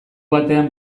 batean